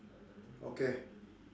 okay